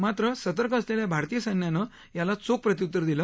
मात्र सतर्क असलेल्या भारतीय सैन्यानं याला चोख प्रत्य्तर दिलं